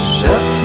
Shut